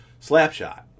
Slapshot